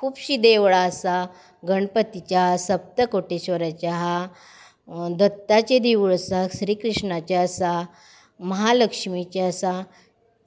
खुबशीं देवळां आसा गणपतीचें आसा सप्तकोटेश्वराचें आहा दत्ताचें देवूळ आसा श्री कृष्णाचें आसा म्हालक्षमीचें आसा